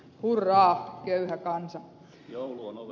hurraa köyhä kansa